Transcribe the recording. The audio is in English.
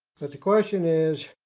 but the question is,